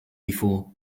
before